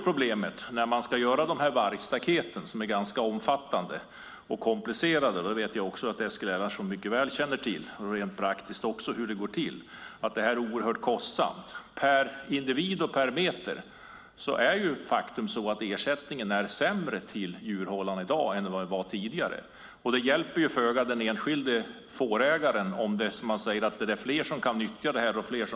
Att göra vargstaket är ganska omfattande och komplicerat. Jag vet att Eskil Erlandsson mycket väl känner till det. Det är oerhört kostsamt. Per individ och meter är ersättningen sämre till djurhållarna i dag än tidigare. Det hjälper föga den enskilde fårägaren att man säger att fler kan nyttja detta.